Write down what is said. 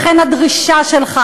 לכן הדרישה שלך